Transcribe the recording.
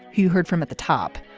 you heard from at the top.